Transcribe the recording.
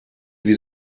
wie